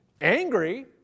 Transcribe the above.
angry